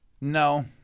No